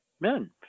men